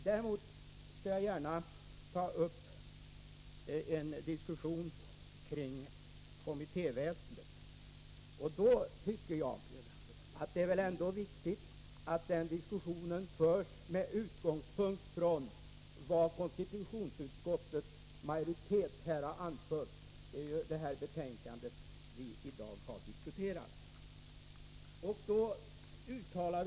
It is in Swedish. Däremot skall jag gärna ta upp en diskussion om kommittéväsendet, och då tycker jag att det är viktigt att den diskussionen förs med utgångspunkt i vad konstitutionsutskottets majoritet har anfört i det betänkande som vi i dag diskuterar.